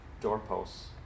doorposts